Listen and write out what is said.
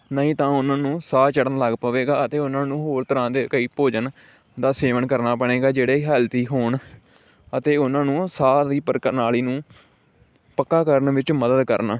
ਨਹੀਂ ਤਾਂ ਉਹਨਾਂ ਨੂੰ ਸਾਹ ਚੜ੍ਹਨ ਲੱਗ ਪਵੇਗਾ ਅਤੇ ਉਹਨਾਂ ਨੂੰ ਹੋਰ ਤਰ੍ਹਾਂ ਦੇ ਕਈ ਭੋਜਨ ਦਾ ਸੇਵਨ ਕਰਨਾ ਪਵੇਗਾ ਜਿਹੜੇ ਹੈਲਦੀ ਹੋਣ ਅਤੇ ਉਹਨਾਂ ਨੂੰ ਸਾਹ ਦੀ ਪ੍ਰਣਾਲੀ ਨੂੰ ਪੱਕਾ ਕਰਨ ਵਿੱਚ ਮਦਦ ਕਰਨਾ